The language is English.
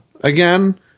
again